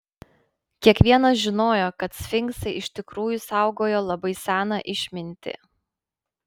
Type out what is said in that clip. kiekvienas žinojo kad sfinksai iš tikrųjų saugojo labai seną išmintį